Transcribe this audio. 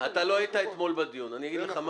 לא היית אתמול בדיון --- זה נכון,